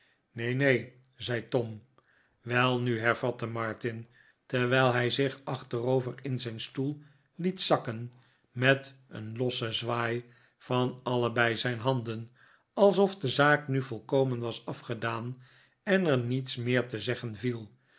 neen neen zei tom welnu hervatte martin terwijl hij zich achterover in zijn stoel liet zakken met een lossen zwaai van allebei zijn handen alsbf de zaak nu volkomen was afgedaan en er niets meer te zeggen viel